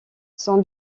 son